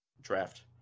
draft